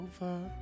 over